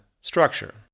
structure